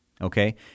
Okay